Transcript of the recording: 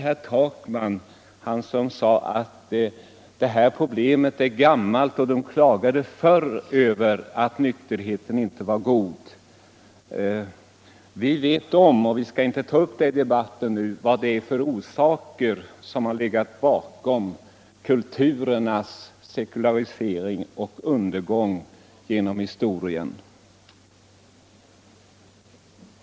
Herr Takman sade att det här problemet är gammalt och att det har klagats förr över att nykterheten inte var god. Vi vet, och vi skall inte ta upp den debatten nu, vilka orsaker som har legat bakom kulturernas sekularisation och undergång genom historien.